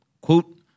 quote